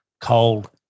cold